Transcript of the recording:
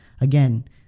Again